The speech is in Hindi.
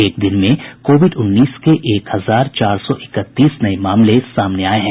एक दिन में कोविड उन्नीस के एक हजार चार सौ इकतीस नये मामले सामने आये हैं